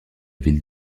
ville